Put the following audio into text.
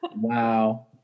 Wow